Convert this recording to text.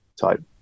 type